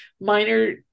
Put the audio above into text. minor